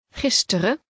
gisteren